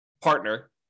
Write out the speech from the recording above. partner